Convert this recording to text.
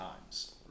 times